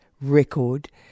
record